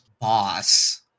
boss—